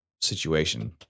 situation